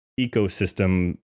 ecosystem